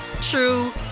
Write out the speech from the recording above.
true